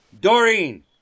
Doreen